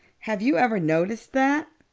have you ever noticed that?